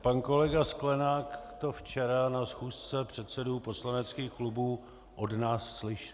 Pan kolega Sklenák to včera na schůzce předsedů poslaneckých klubů od nás slyšel.